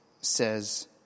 says